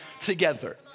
together